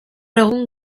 egun